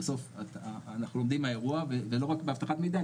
בסוף אנחנו לומדים מהאירוע ולא רק באבטחת מידע,